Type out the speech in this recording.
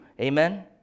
amen